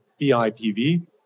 BIPV